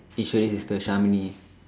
Eswari's sister Shamini